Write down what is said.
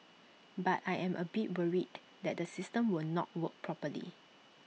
but I am A bit worried that the system will not work properly